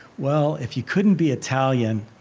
well, if you couldn't be italian,